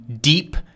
deep